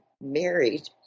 married